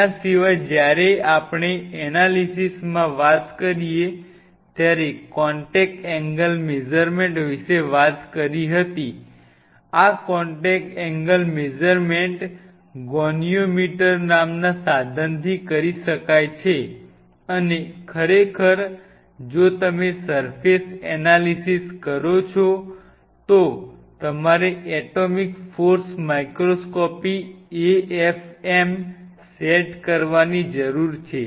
એના સિવાય જ્યારે આપણે એનાલિસિસ માં વાત કરી ત્યારે કોન્ટેક એંગલ મેઝર્મેન્ટ વિશે વાત કરી હતી આ કોન્ટેક એંગલ મેઝર્મેન્ટ ગોનીઓમીટર નામના સાધનથી કરી શકાય છે અને ખરેખર જો તમે સર્ફેસ એનાલિસિસ કરો તો તમારે atomic force microscopy AFM set કરવાની જરૂર છે